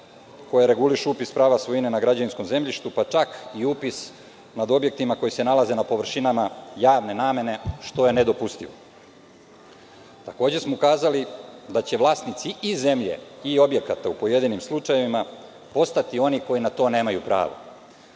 koje regulišu upis prava svojine na građevinskom zemljištu, pa čak i upis nad objektima koji se nalaze na površinama javne namene, što je nedopustivo. Takođe smo ukazali da će vlasnici i zemlje i objekata u pojedinim slučajevima postati oni koji na to nemaju pravo.